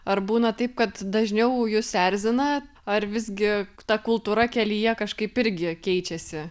ar būna taip kad dažniau jus erzina ar visgi ta kultūra kelyje kažkaip irgi keičiasi